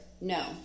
no